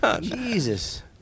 Jesus